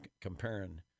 comparing